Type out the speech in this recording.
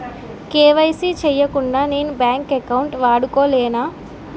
KYC చేయకుండా నేను bank account వాడుకొలేన?